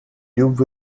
tube